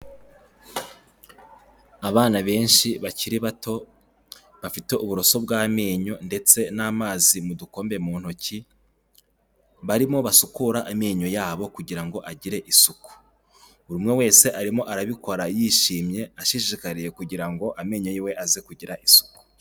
Abana benshi bakiri bato bafite uburoso bw'amenyo ndetse n'amazi mu dukombe mu ntoki, barimo basukura amenyo yabo kugira ngo agire isuku, buri umwe wese arimo arabikora yishimye ashishikariye kugira ngo amenyo yiwe aze kugira isuku.